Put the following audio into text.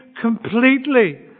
completely